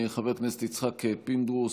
חבר הכנסת יצחק פינדרוס,